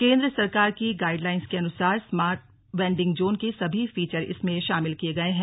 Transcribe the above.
केंद्र सरकार की गाइडलाइन्स के अनुसार स्मार्ट वेंडिंग जोन के सभी फीचर इसमें शामिल किए गए हैं